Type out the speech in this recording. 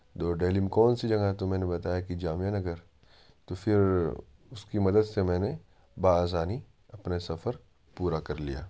دہلی میں کون سی جگہ ہے تو میں نے بتایا کہ جامعہ نگر تو پھر اس کی مدد سے میں نے بہ آسانی اپنے سفر پورا کر لیا